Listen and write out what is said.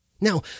Now